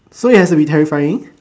so it has to be terrifying